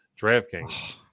DraftKings